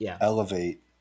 elevate